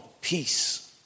peace